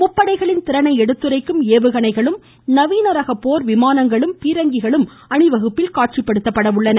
முப்பைடைகளின் திறனை எடுத்துரைக்கும் ஏவுகணைகளும் நவீன ரக போர்விமானங்களும் பீரங்கிகளும் அணிவகுப்பில் காட்சிபடுத்தப்படுகின்றன